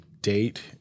date